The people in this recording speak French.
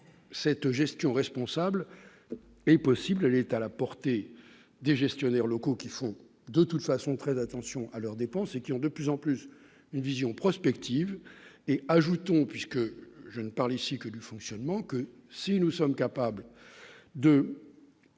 cette gestion responsable est possible l'état la portée des gestionnaires locaux, qui sont de toute façon très attention à leurs dépenses et qui ont de plus en plus une vision prospective et ajoutons puisque je ne parle ici que du fonctionnement que si nous sommes capables de.